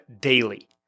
daily